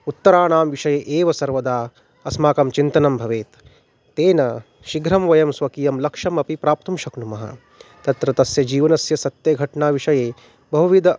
उत्तराणां विषये एव सर्वदा अस्माकं चिन्तनं भवेत् तेन शीघ्रं वयं स्वकीयं लक्ष्यमपि प्राप्तुं शक्नुमः तत्र तस्य जीवनस्य सत्यघट्नाविषये बहुविधाः